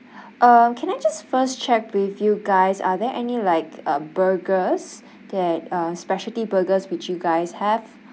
um can I just first check with you guys are there any like um burgers that are specialty burgers which you guys have